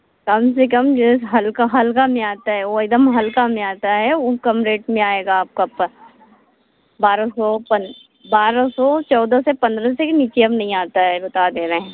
कम से कम यह हल्के हल्के में आता है वह एक दम हल्के में आता है वह कम रेट में आएगा आप का तब बारह सौ पं बारह सौ चौदह से पन्द्रह से ही नीचे अब नहीं आता है बता दे रहे हैं